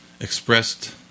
expressed